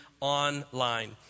online